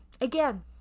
again